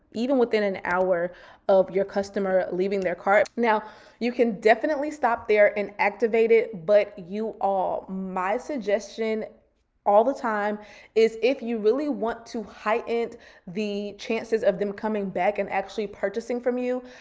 even within an hour of your customer leaving their cart. now you can definitely stop there and activate it. but you all, my suggestion all the time is if you really want to heightened the chances of them coming back and actually purchasing from you,